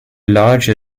large